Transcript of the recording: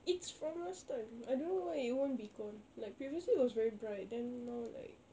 it's from last time I don't know why it won't be gone like previously it was very bright then now like